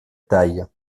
taille